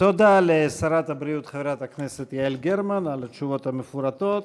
תודה לשרת הבריאות חברת הכנסת יעל גרמן על התשובות המפורטות.